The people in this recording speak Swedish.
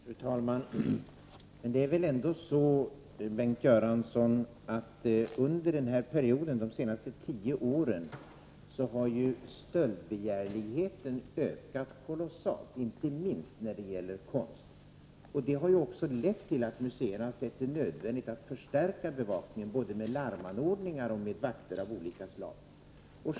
Fru talman! Det är väl ändå så, Bengt Göransson, att stöldbegärligheten har ökat kolossalt den senaste tioårsperioden, inte minst när det gäller konst. Det har också lett till att museerna har sett det vara nödvändigt att förstärka bevakningen både med larmanordningar och med vakter av olika slag.